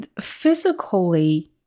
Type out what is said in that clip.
physically